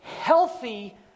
healthy